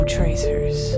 Tracers